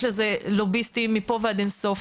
יש לזה לוביסטים מפה ועד אין סוף,